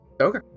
Okay